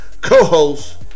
Co-host